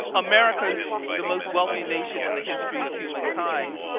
america is the most wealthy nation in the history of human kind.